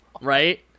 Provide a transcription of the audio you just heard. right